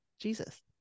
Jesus